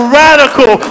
radical